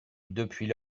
depuis